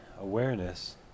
awareness